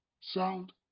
sound